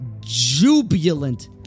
jubilant